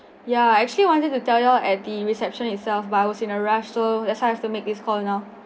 ya actually wanted to tell you all at the reception itself but I was in a rush so that's why I have to make this call you now